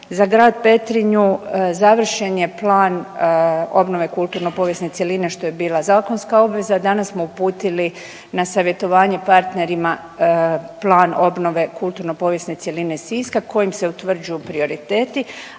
Za grad Petrinju završen je plan obnove kulturno povijesne cjeline što je bila zakonska obveza. Danas smo uputili na savjetovanje partnerima plan obnove kulturno povijesne cjeline Siska kojim se utvrđuju prioriteti.